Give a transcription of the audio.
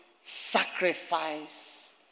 sacrifice